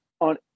on